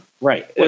Right